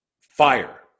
fire